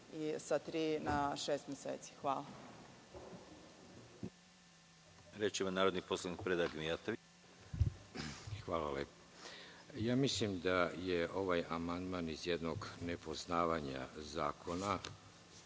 sa tri na šest meseci. Hvala.